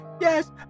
Yes